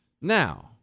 now